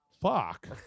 Fuck